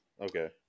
Okay